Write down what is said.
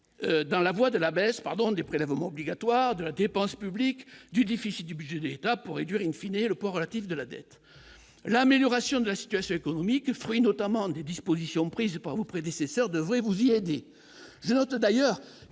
dans la voie de la baisse pardon des prélèvements obligatoires de la dépense publique du déficit du budget de l'État pour réduire in fine et le poids relatif de la dette, l'amélioration de la situation économique, fruit notamment des dispositions prises par vos prédécesseurs devrait vous y aider, je note d'ailleurs